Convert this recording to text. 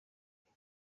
supt